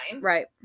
Right